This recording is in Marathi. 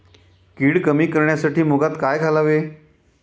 कीड कमी करण्यासाठी मुगात काय घालावे?